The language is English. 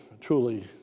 truly